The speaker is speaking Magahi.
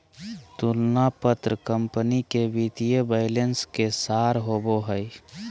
तुलना पत्र कंपनी के वित्तीय बैलेंस के सार होबो हइ